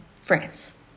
France